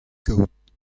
kaout